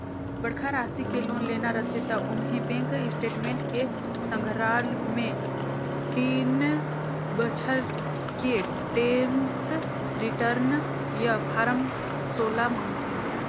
बड़खा रासि के लोन लेना रथे त ओम्हें बेंक स्टेटमेंट के संघराल मे तीन बछर के टेम्स रिर्टन य फारम सोला मांगथे